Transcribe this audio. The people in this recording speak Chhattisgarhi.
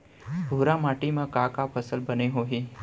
भूरा माटी मा का का फसल बने होही?